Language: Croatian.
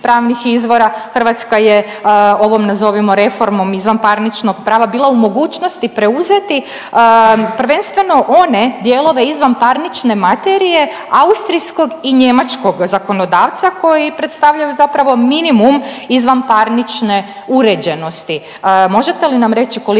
Hrvatska je ovim nazovimo reformom izvanparničnog prava bila u mogućnosti preuzeti prvenstveno one dijelove izvanparnične materije Austrijskog i Njemačkog zakonodavca koji predstavljaju zapravo minimum izvanparnične uređenosti. Možete li nam reći koliko